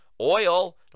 oil